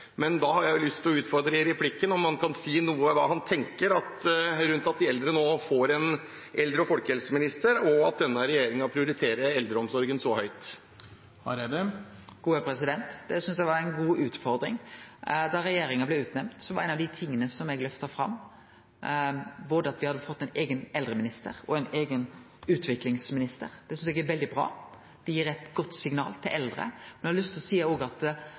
Men da har jeg lyst til å utfordre ham i replikkordskiftet på om han kan si noe om hva han tenker rundt det at de eldre nå får en eldre- og folkehelseminister, og at denne regjeringen prioriterer eldreomsorgen så høyt. Det synest eg var ei god utfordring. Da regjeringa blei utnemnd, var ein av dei tinga eg løfta fram, at me hadde fått både ein eigen eldreminister og ein eigen utviklingsminister. Det synest eg er veldig bra, det gir eit godt signal til eldre. Men det handlar òg om at eldre i dag ikkje berre har